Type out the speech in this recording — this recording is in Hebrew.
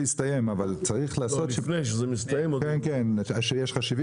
מודיעים שזה הסתיים אבל צריך להודיע לפני כן כמה נותר לך,